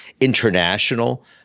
international